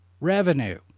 revenue